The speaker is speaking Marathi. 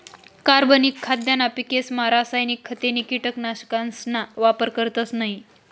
कार्बनिक खाद्यना पिकेसमा रासायनिक खते नी कीटकनाशकसना वापर करतस नयी